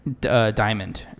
Diamond